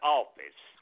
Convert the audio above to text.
office